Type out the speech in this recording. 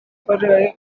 for